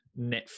Netflix